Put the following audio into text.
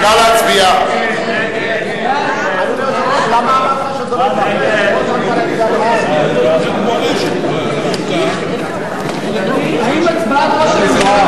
ההסתייגות של קבוצת סיעת חד"ש לסעיף 37,